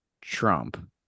Trump